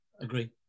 agree